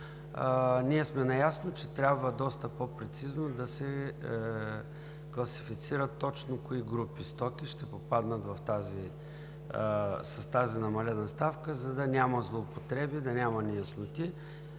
ние сме наясно, че трябва доста по-прецизно да се класифицира точно кои групи стоки ще попаднат с тази намалена ставка, за да няма злоупотреби, да няма неясноти.